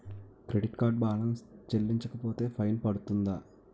Credit card balance చెల్లించకపోతే fine పడ్తుంద?